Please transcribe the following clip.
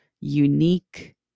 unique